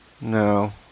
No